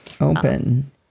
Open